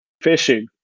Fishing